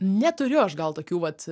neturiu aš gal tokių vat